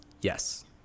Yes